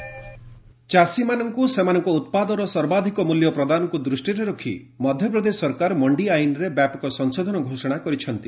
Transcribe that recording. MP mandi ଆକୁ ଚାଷୀମାନଙ୍କୁ ସେମାନଙ୍କ ଉତ୍ପାଦର ସର୍ବାଧିକ ମୂଲ୍ୟ ପ୍ରଦାନକୁ ଦୃଷ୍ଟିରେ ରଖି ମଧ୍ୟପ୍ରଦେଶ ସରକାର ମଣ୍ଡି ଆଇନରେ ବ୍ୟାପକ ସଂଶୋଧନର ଘୋଷଣା କରିଛନ୍ତି